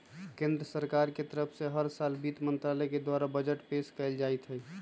केन्द्र सरकार के तरफ से हर साल वित्त मन्त्रालय के द्वारा बजट पेश कइल जाईत हई